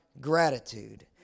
gratitude